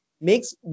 makes